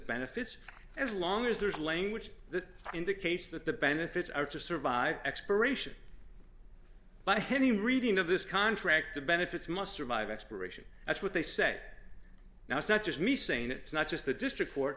benefits as long as there is language that indicates that the benefits are to survive expiration by heavy reading of this contract the benefits must survive expiration that's what they say now it's not just me saying it's not just the district